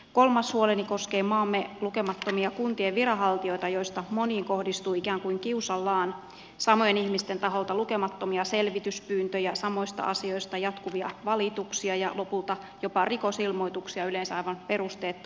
kolmas huoleni koskee maamme lukemattomia kuntien viranhaltijoita joista moniin kohdistuu ikään kuin kiusallaan samojen ihmisten taholta lukemattomia selvityspyyntöjä samoista asioista jatkuvia valituksia ja lopulta jopa rikosilmoituksia yleensä aivan perusteettomasti